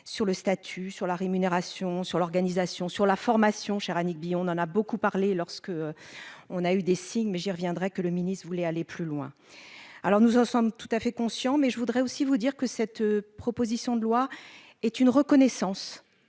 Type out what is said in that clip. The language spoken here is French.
sur le statut sur la rémunération sur l'organisation sur la formation cher Annick Billon, on en a beaucoup parlé, lorsque. On a eu des signes mais j'y reviendrai que le ministre voulait aller plus loin. Alors nous en sommes tout à fait conscient mais je voudrais aussi vous dire que cette proposition de loi est une reconnaissance